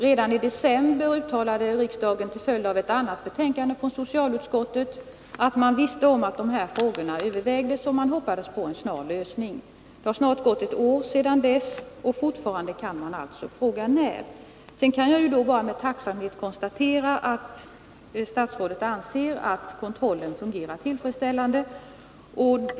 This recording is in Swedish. Redan i december uttalade riksdagen till följd av ett annat betänkande från socialutskottet att man visste om att de här frågorna övervägdes, och man hoppades på en snar lösning. Det har snart gått ett år sedan dess, och fortfarande kan man alltså fråga när. Nr 34 Sedan kan jag bara med tacksamhet konstatera att statsrådet anser att Tisdagen den kontrollen fungerar tillfredsställande.